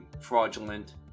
fraudulent